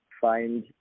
find